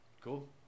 Cool